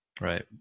Right